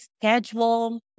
schedule